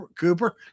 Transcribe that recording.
Cooper